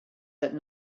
that